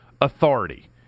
authority